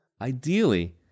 Ideally